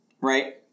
right